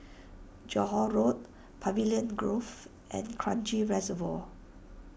Johore Road Pavilion Grove and Kranji Reservoir